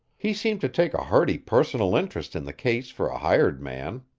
he seemed to take a hearty personal interest in the case for a hired man.